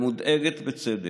והיא מודאגת בצדק.